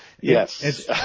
yes